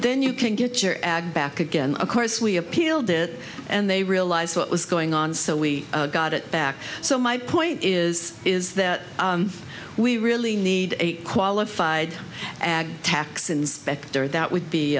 then you can get your ag back again of course we appealed it and they realized what was going on so we got it back so my point is is that we really need a qualified tax inspector that would be